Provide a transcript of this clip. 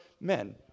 men